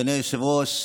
אדוני היושב-ראש,